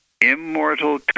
Immortal